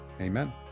Amen